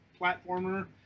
platformer